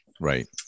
Right